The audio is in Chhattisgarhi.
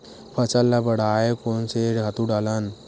फसल ल बढ़ाय कोन से खातु डालन?